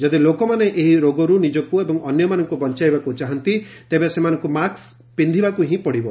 ଯଦି ଲୋକମାନେ ଏହି ରୋଗରୁ ନିଜକୁ ଏବଂ ଅନ୍ୟମାନଙ୍କୁ ବଞ୍ଚାଇବାକୁ ଚାହାନ୍ତି ତେବେ ସେମାନଙ୍କୁ ମାସ୍କ ପିକ୍ଷିବାକୁ ହିଁ ପଡ଼ିବ